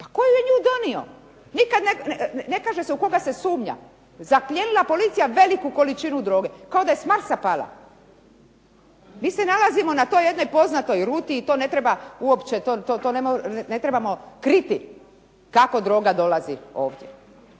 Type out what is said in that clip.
Pa tko je nju donio? Nikad se ne kaže u koga se sumnja. Zaplijenila policija veliku količinu droge, kao da je s Marsa pala. Mi se nalazimo na toj jednoj poznatoj ruti i to ne trebamo kriti kako droga dolazi ovdje